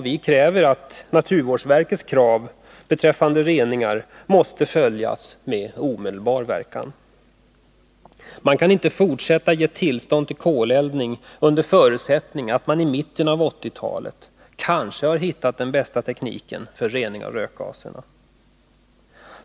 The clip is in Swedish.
Vpk kräver att naturvårdsverkets krav beträffande rening följs med omedelbar verkan. Man kan inte fortsätta att ge tillstånd till koleldning under förutsättning att man i mitten av 1980-talet kanske har hittat den rätta tekniken för rening av rökgaserna.